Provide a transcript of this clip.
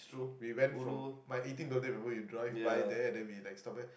we went from my eighteenth birthday remember you drive by there and then we like stop there